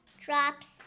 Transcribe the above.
drops